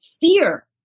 fear